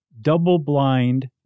double-blind